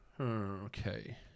Okay